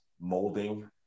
molding